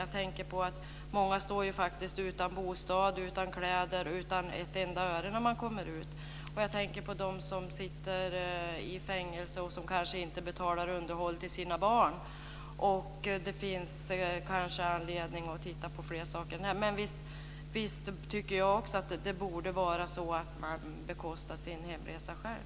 Jag tänker på att många faktiskt står utan bostad, utan kläder och utan ett enda öre när de kommer ut. Jag tänker på dem som sitter i fängelse och som kanske inte betalar underhåll till sina barn. Det finns kanske anledning att titta på fler saker. Men visst tycker också jag att det borde vara så att man bekostar sin hemresa själv.